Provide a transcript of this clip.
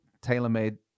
tailor-made